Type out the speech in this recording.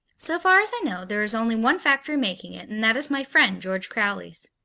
so far as i know, there is only one factory making it and that is my friend, george crowley's.